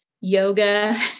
yoga